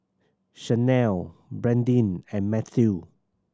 Shanelle Bradyn and Matthew